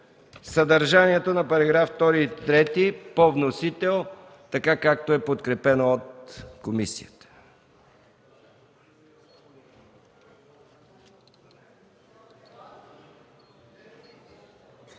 съдържанието на параграфи 2 и 3 по вносител, както е подкрепено от комисията.